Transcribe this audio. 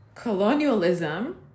Colonialism